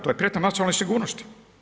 To je prijetnja nacionalnoj sigurnosti.